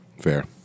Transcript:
Fair